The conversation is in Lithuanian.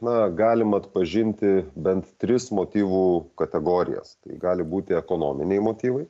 na galim atpažinti bent tris motyvų kategorijas tai gali būti ekonominiai motyvai